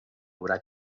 haurà